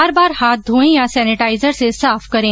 बार बार हाथ धोयें या सेनेटाइजर से साफ करें